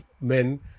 men